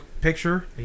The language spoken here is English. picture